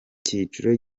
cyiciro